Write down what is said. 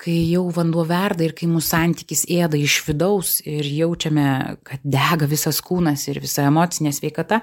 kai jau vanduo verda ir kai mūs santykis ėda iš vidaus ir jaučiame kad dega visas kūnas ir visa emocinė sveikata